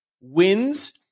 wins